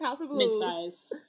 Mid-size